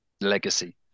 legacy